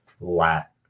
lat